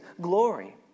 glory